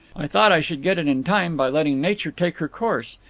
i thought i should get it in time, by letting nature take her course.